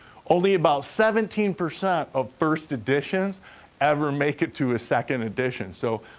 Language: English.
only about seventeen percent of first editions ever make it to a second edition, so